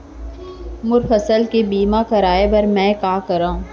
मोर फसल के बीमा करवाये बर में का करंव?